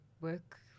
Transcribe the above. work